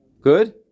Good